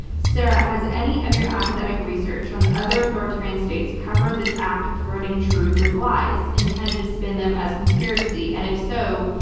sarah, has any of your academic research on other authoritarian states covered this act of threading truth with lies, intended to spin them as conspiracy, and if so,